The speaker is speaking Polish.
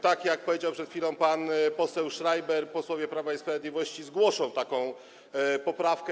Tak jak powiedział przed chwilą pan poseł Schreiber, posłowie Prawa i Sprawiedliwości zgłoszą poprawkę.